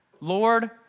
Lord